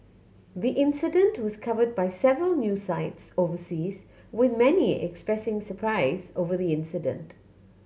the incident was covered by several new sites overseas with many expressing surprise over the incident